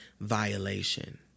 violation